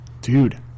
dude